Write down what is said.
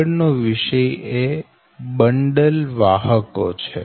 આગળ નો વિષય એ બંડલ વાહકો છે